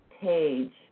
page